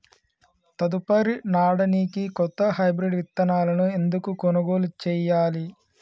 తదుపరి నాడనికి కొత్త హైబ్రిడ్ విత్తనాలను ఎందుకు కొనుగోలు చెయ్యాలి?